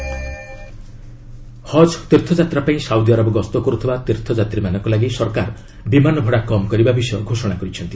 ହଜ୍ air fare ହଜ ତୀର୍ଥଯାତ୍ରା ପାଇଁ ସାଉଦିଆରବ ଗସ୍ତ କରୁଥିବା ତୀର୍ଥଯାତ୍ରୀମାନଙ୍କ ଲାଗି ସରକାର ବିମାନ ଭଡ଼ା କମ୍ କରିବା ବିଷୟ ଘୋଷଣା କରିଛନ୍ତି